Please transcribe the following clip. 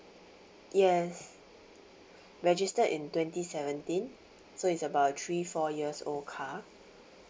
yes registered in twenty seventeen so it's about three four years old car